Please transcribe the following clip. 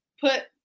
put